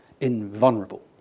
invulnerable